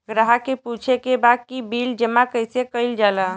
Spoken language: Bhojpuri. ग्राहक के पूछे के बा की बिल जमा कैसे कईल जाला?